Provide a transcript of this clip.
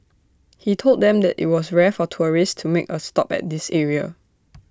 he told them that IT was rare for tourists to make A stop at this area